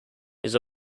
his